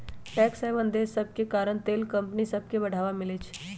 tax haven देश सभके कारण तेल कंपनि सभके बढ़वा मिलइ छै